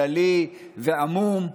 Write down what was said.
כללי ועמום,